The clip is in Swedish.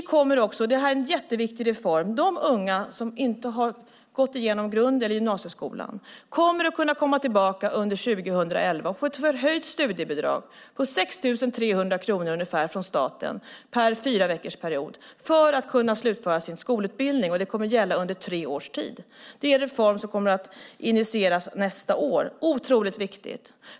Dessutom kommer de unga som inte har gått igenom grunden i gymnasieskolan att kunna få ett förhöjt studiebidrag från staten på ca 6 300 kronor per fyraveckorsperiod för att slutföra sin skolutbildning. Det kommer att gälla under tre års tid. Reformen initieras nästa år och är otroligt viktig.